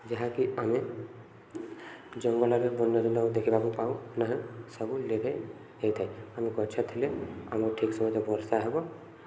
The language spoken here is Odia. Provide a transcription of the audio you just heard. ଯାହାକି ଆମେ ଜଙ୍ଗଲରେ ବନ୍ୟ ଜନ୍ତୁକୁ ଦେଖିବାକୁ ପାଉ ନାହିଁ ସବୁ ହୋଇଥାଏ ଆମେ ଗଛ ଥିଲେ ଆମକୁ ଠିକ ସମୟରେ ବର୍ଷା ହେବ